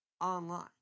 online